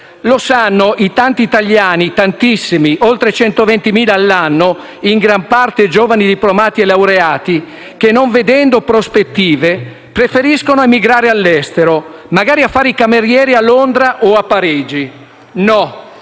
Lo sanno i tanti, tantissimi italiani, oltre 120.000 l'anno, in gran parte giovani diplomati e laureati, che, non vedendo prospettive, preferiscono emigrare all'estero, magari a fare i camerieri a Londra o a Parigi. No,